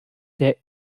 der